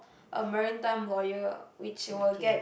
a marine time lawyer which will get